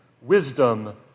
Wisdom